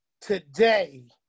today